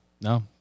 No